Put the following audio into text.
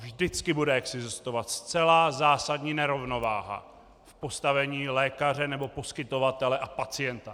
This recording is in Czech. Vždycky bude existovat zcela zásadní nerovnováha v postavení lékaře nebo poskytovatele a pacienta.